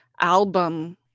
album